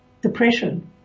depression